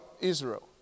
Israel